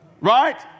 Right